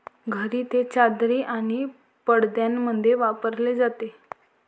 घरी ते चादरी आणि पडद्यांमध्ये वापरले जाते